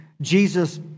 Jesus